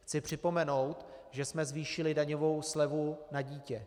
Chci připomenout, že jsme zvýšili daňovou slevu na dítě.